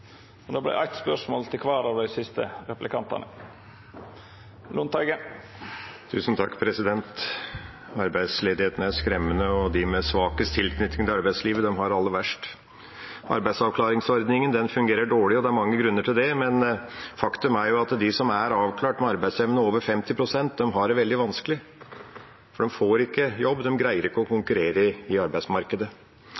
Arbeidsledigheten er skremmende, og de med svakest tilknytning til arbeidslivet har det aller verst. Arbeidsavklaringsordningen fungerer dårlig, og det er mange grunner til det. Faktum er at de som er avklart med arbeidsevne over 50 pst., har det veldig vanskelig. De får ikke jobb, og de greier ikke å